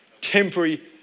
Temporary